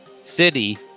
city